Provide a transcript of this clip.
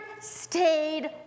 stayed